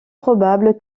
probable